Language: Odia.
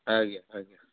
ଆଜ୍ଞା ଆଜ୍ଞା